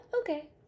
okay